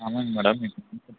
ஆமாங்க மேடம்